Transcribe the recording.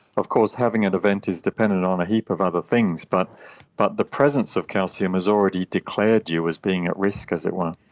of course having an event is dependent on a heap of other things, but but the presence of calcium has already declared you as being at risk, as it were.